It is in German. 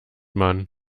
man